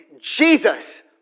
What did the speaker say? Jesus